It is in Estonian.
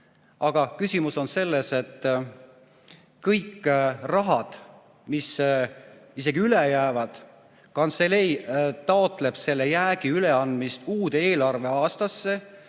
Aga küsimus on selles, et kõik rahad, mis üle jäävad – kantselei taotleb selle jäägi ülekandmist uude eelarveaastasse